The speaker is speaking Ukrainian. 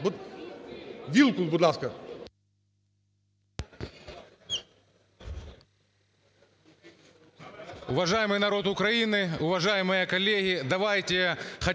–Вілкул, будь ласка.